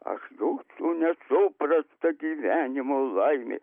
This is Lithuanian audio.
aš juk tų nesuprastą gyvenimo laimė